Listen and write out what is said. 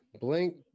blink